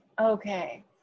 okay